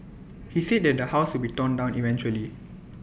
he said that the house will be torn down eventually